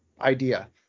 idea